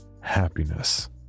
happiness